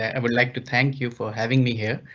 and would like to thank you for having me here.